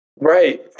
Right